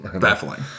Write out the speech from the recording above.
Baffling